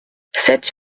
sept